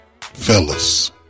Fellas